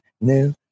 new